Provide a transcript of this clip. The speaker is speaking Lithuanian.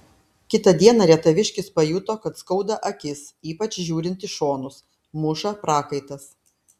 kitą dieną rietaviškis pajuto kad skauda akis ypač žiūrint į šonus muša prakaitas